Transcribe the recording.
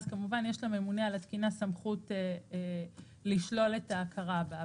יש לממונה על התקינה סמכות לשלול את ההכרה בה.